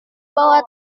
bahwa